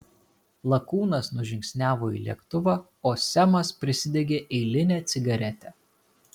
lakūnas nužingsniavo į lėktuvą o semas prisidegė eilinę cigaretę